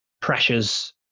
pressures